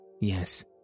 Yes